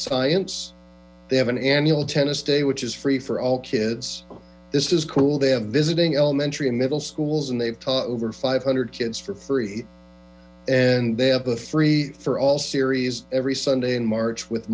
science they have an annual tennis day which is free for all kids this is cool they are visiting elementary middle schools and they've taught over five hundred kids for free and they have a free for all series every sunday march with